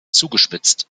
zugespitzt